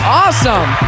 awesome